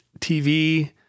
TV